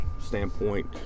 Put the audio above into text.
standpoint